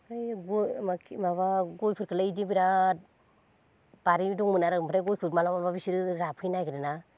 है माबा गयफोरखोलाय इदि बिराद बारै दंमोन आरो ओमफ्राय गयखो माब्लाबा माब्लाबा बिसोरो जाफैनो नागेरो ना